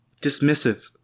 dismissive